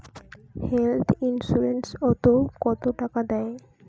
Health insurance ওত কত টাকা দেয়?